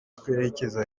twerekeza